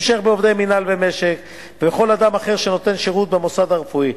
המשך בעובדי מינהל ומשק ובכל אדם אחר שנותן שירות במוסד הרפואי,